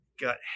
got